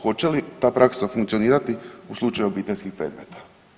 Hoće li ta praksa funkcionirati u slučaju obiteljskih predmeta?